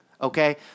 okay